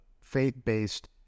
faith-based